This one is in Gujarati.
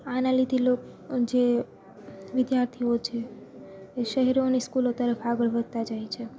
આના લીધે લોક જે વિદ્યાર્થીઓ છે એ શહેરોની સ્કૂલો તરફ આગળ વધતાં જાય છે